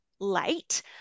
late